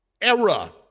era